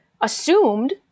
assumed